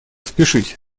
спешить